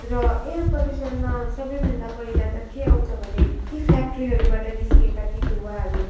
र एयर पलुसनमा सबैभन्दा पहिला त के आउँछ भने ती फ्याक्ट्रीहरूबाट निस्किएका ती धुवाहरू